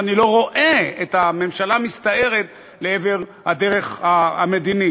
ואני לא רואה את הממשלה מסתערת לעבר הדרך המדינית.